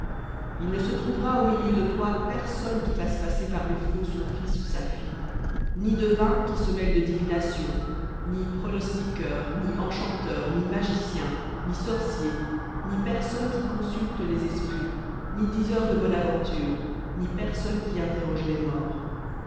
il ne se trouvera au milieu de toi personne qui fasse passer par le feu son fils ou sa fille ni devin qui se mêle de divination ni pronostiqueur ni enchanteur ni magicien ni sorcier ni personne qui consulte les esprits ni diseur de bonne aventure ni personne qui interroge les morts